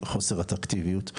חוסר אטרקטיביות,